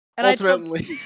Ultimately